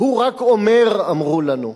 "הוא רק אומר", אמרו לנו.